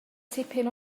tipyn